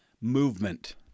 Movement